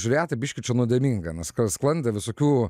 žiūrėti biškį čia nuodėminga nes sklandė visokių